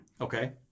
Okay